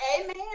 Amen